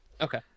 Okay